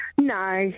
No